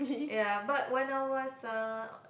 ya but when I was uh